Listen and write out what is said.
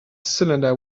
cylinder